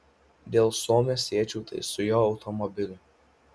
dėl suomio siečiau tai su jo automobiliu